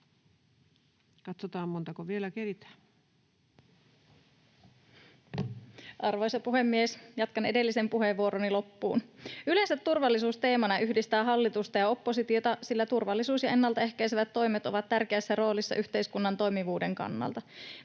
Arvoisa puhemies! Jatkan edellisen puheenvuoroni loppuun. Yleensä turvallisuus teemana yhdistää hallitusta ja oppositiota, sillä turvallisuus ja ennalta ehkäisevät toimet ovat tärkeässä roolissa yhteiskunnan toimivuuden kannalta.